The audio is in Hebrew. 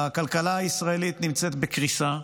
הכלכלה הישראלית נמצאת בקריסה,